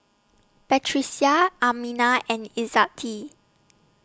Batrisya Aminah and Izzati